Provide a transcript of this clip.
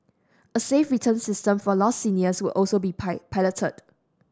a safe return system for lost seniors will also be piloted